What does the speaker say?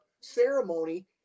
ceremony